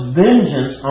vengeance